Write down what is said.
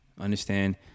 Understand